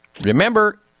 Remember